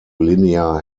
linear